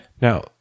Now